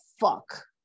fuck